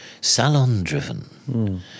salon-driven